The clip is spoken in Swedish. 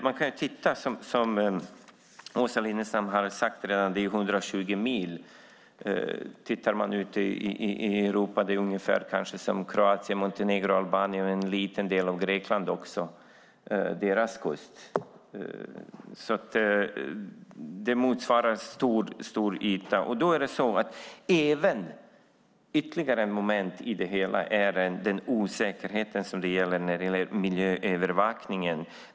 Som Åsa Lindestam redan har sagt handlar det om 120 mil. Tittar man i Europa kan man se att det är ungefär som kusten i Kroatien, Monte Negro, Albanien och en liten del av Grekland också. Det motsvarar alltså en stor yta. Ytterligare ett moment i det hela är den osäkerhet som finns när det gäller miljöövervakningen.